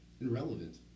Irrelevant